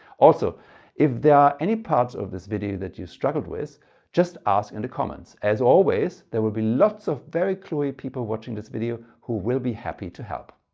also if there are any parts of this video that you struggled with just ask in the comments. as always there will be lots of very cluey people watching this video who will be happy to help.